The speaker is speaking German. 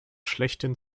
schlechthin